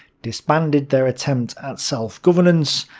disbanded their attempt at self-governance,